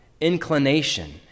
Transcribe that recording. inclination